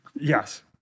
Yes